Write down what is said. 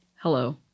Hello